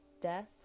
death